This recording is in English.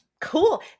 cool